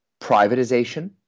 privatization